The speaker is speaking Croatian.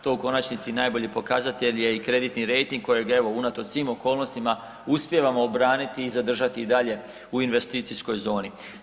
To u konačnici najbolji pokazatelj je i kreditni rejting kojega evo unatoč svim okolnostima uspijevamo obraniti i zadržati i dalje u investicijskoj zoni.